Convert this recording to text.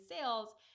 sales